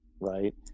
Right